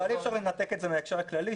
אבל אי-אפשר לנתק את זה מההקשר הכללי,